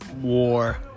War